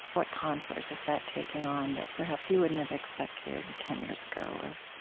what contours is that taking on that perhaps you wouldn't have expected ten years ago or